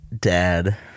Dad